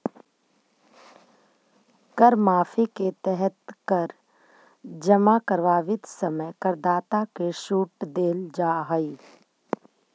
कर माफी के तहत कर जमा करवावित समय करदाता के सूट देल जाऽ हई